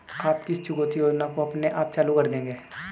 आप किस चुकौती योजना को अपने आप चालू कर देंगे?